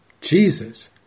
Jesus